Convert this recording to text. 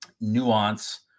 nuance